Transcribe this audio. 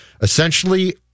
essentially